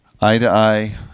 eye-to-eye